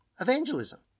evangelism